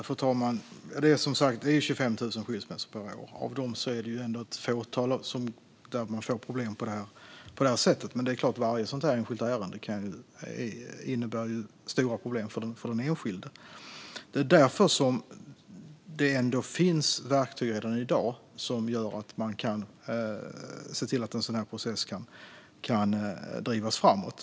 Fru talman! Det är 25 000 skilsmässor per år. Av dem är det ett fåtal där man får problem på det här sättet. Men det är klart att varje sådant enskilt ärende innebär stora problem för den enskilde. Det är därför som det finns verktyg redan i dag som gör att man kan se till att en sådan här process kan drivas framåt.